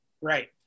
Right